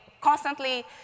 constantly